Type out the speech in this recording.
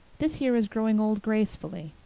this year is growing old gracefully.